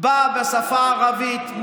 באה מהשפה הערבית.